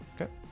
Okay